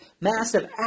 massive